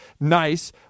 Nice